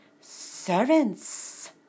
servants